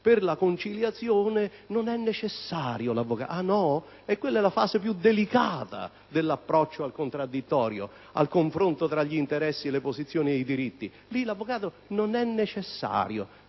«te lo raccomando» - non è necessario l'avvocato. Quella è la fase più delicata dell'approccio al contraddittorio, al confronto tra gli interessi e le posizioni di diritti, eppure l'avvocato non è necessario.